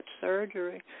surgery